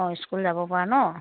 অঁ স্কুল যাবপৰা ন